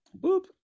Boop